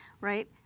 right